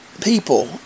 people